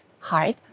hard